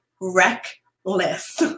reckless